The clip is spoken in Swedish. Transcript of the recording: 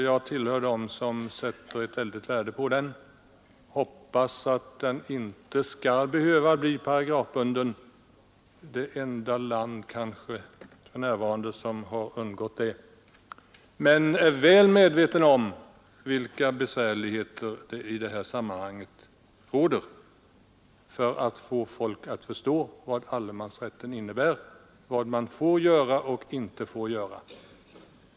Jag tillhör dem som sätter mycket stort värde på denna rätt och hoppas att den inte skall behöva bli paragrafbunden — Sverige är för närvarande det enda land som har undgått detta. Men jag är väl medveten om hur svårt det är att få folk att förstå vad allemansrätten innebär, vad man får göra och vad man inte får göra.